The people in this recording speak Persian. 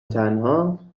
تنها